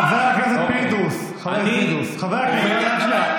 חבר הכנסת פינדרוס, חבר הכנסת פינדרוס.